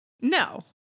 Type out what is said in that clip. No